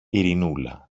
ειρηνούλα